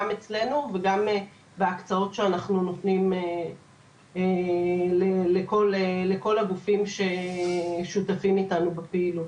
גם אצלנו וגם בהקצאות שאנחנו נותנים לכל הגופים ששותפים איתנו בפעילות.